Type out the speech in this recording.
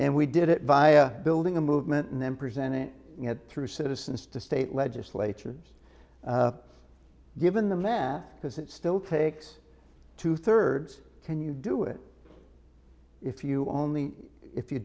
and we did it by building a movement and then present it through citizens to state legislatures given the math because it still takes two thirds can you do it if you only if you